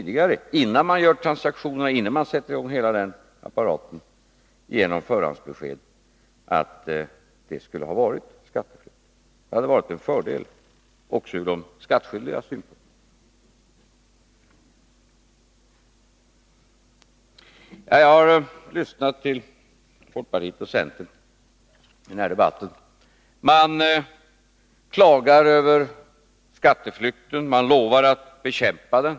Där skulle man genom förhandsbesked kunna få klart för sig långt tidigare, innan man gör transaktionen, att den skulle betraktas som skatteflykt. Det hade varit en fördel också från de skattskyldigas synpunkt. Jag har lyssnat till folkpartiets och centerns representanter i denna debatt. De klagar över skatteflykten, de lovar att bekämpa den.